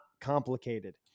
complicated